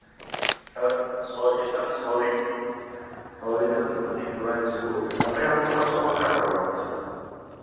sir sorry sir sorry sorry sir समझिए थोड़ा issue हो गया था मैं आपको परसों पक्का करवा दूँगा सर